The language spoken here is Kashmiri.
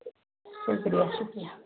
شُکریہ شُکریہ